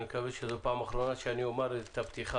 אני מקווה שזו פעם אחרונה שאני אומר את הפתיחה